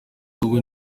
bihugu